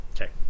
Okay